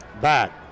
back